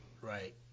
Right